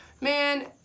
man